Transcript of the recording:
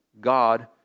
God